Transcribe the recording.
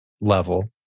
level